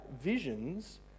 visions